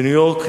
בניו-יורק,